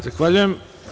Zahvaljujem.